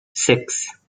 six